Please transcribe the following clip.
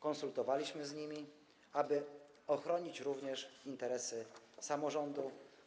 Konsultowaliśmy się z nimi, aby ochronić również interesy samorządów.